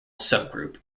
subgroup